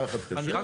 יחד קשה.